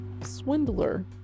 swindler